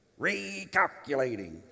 Recalculating